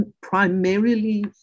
primarily